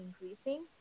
increasing